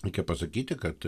reikia pasakyti kad